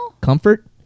Comfort